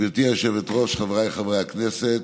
גברתי היושבת-ראש, חבריי חברי הכנסת,